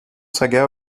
saga